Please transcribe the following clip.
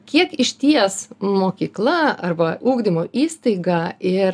kiek išties mokykla arba ugdymo įstaiga ir